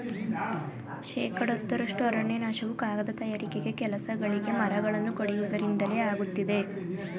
ಶೇಕಡ ಹತ್ತರಷ್ಟು ಅರಣ್ಯನಾಶವು ಕಾಗದ ತಯಾರಿಕೆ ಕೆಲಸಗಳಿಗೆ ಮರಗಳನ್ನು ಕಡಿಯುವುದರಿಂದಲೇ ಆಗುತ್ತಿದೆ